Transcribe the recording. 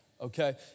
Okay